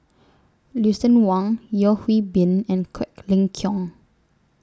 Lucien Wang Yeo Hwee Bin and Quek Ling Kiong